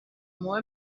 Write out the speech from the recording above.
more